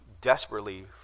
desperately